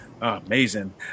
amazing